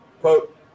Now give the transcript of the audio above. Quote